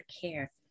care